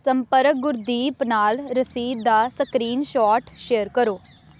ਸੰਪਰਕ ਗੁਰਦੀਪ ਨਾਲ ਰਸੀਦ ਦਾ ਸਕ੍ਰੀਨਸ਼ੋਟ ਸ਼ੇਅਰ ਕਰੋ